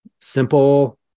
simple